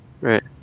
Right